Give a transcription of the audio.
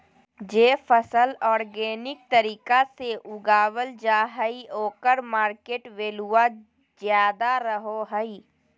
जे फसल ऑर्गेनिक तरीका से उगावल जा हइ ओकर मार्केट वैल्यूआ ज्यादा रहो हइ